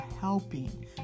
helping